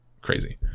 crazy